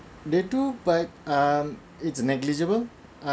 they do but um it's negligible uh